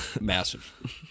Massive